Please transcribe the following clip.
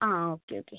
ആ okay okay